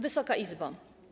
Wysoka Izbo!